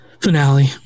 finale